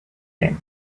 game